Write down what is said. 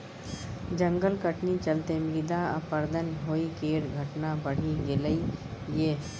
जंगल कटनी चलते मृदा अपरदन होइ केर घटना बढ़ि गेलइ यै